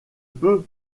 peut